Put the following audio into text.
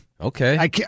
Okay